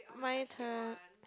my turn